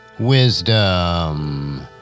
Wisdom